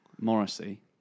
Morrissey